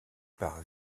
par